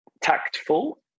tactful